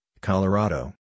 Colorado